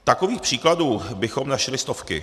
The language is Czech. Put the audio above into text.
Takových příkladů bychom našli stovky.